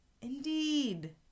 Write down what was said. Indeed